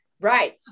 Right